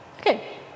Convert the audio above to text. Okay